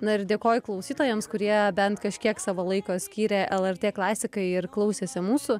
na ir dėkoju klausytojams kurie bent kažkiek savo laiko skyrė lrt klasikai ir klausėsi mūsų